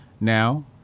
Now